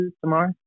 tomorrow